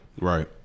right